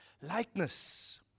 likeness